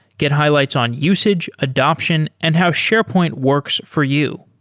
get highlights on usage, adaption and how sharepoint works for you.